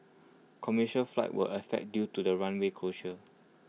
commercial flights were affected due to the runway closure